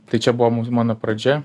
tai čia buvo mano pradžia